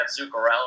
Zuccarello